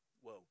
Whoa